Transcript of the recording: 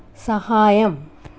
సహాయం